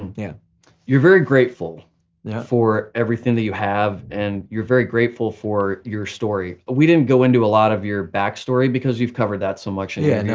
and yeah you're very grateful for everything that you have and you're very grateful for your story. but we didn't go into a lot of your back story because you've covered that selection yeah. and yeah